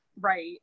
right